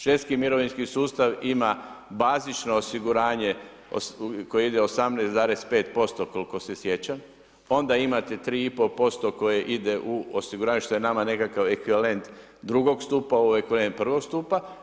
Švedski mirovinski sustav ima bazično osiguranje koje ide 18,5% koliko se sjećam pa onda imate 3,5% koje ide u osiguranje što je nama nekakav ekvivalent drugog stupa, ovo je ekvivalent prvog stupa.